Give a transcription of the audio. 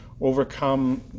overcome